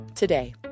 Today